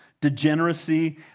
degeneracy